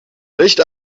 licht